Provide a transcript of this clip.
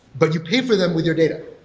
but you pay for them with your data.